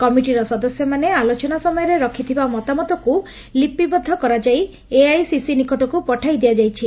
କମିଟିର ସଦସ୍ୟମାନେ ଆଲୋଚନା ସମୟରେ ରଖଥିବା ମତାମତକୁ ଲିପିବଦ୍ଧ କରାଯାଇ ଏଆଇସିସି ନିକଟକୁ ପଠାଇ ଦିଆଯାଇଛି